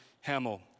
Hamill